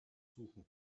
suchen